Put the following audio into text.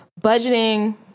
budgeting